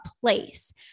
place